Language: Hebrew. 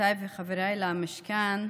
חברותיי וחבריי למשכן,